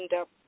up